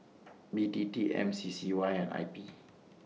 B T T M C C Y and I P